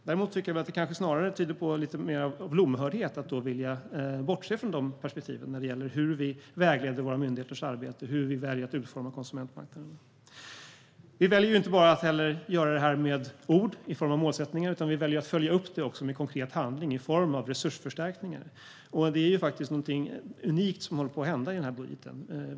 Jag tycker att det kanske snarare tyder på lomhördhet att vilja bortse från de perspektiven när det gäller hur vi vägleder våra myndigheters arbete och hur vi väljer att utforma konsumentmarknaden. Vi väljer inte heller att bara göra detta med ord i form av målsättningar, utan vi väljer att också följa upp det med konkret handling i form av resursförstärkningar. Det är faktiskt någonting unikt som håller på att hända i budgeten.